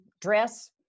dress